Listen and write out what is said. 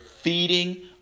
feeding